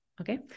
Okay